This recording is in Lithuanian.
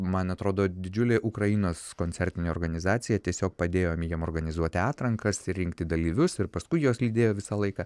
man atrodo didžiulė ukrainos koncertinė organizacija tiesiog padėjom jiem organizuoti atrankas ir rinkti dalyvius ir paskui juos lydėjo visą laiką